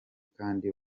kandi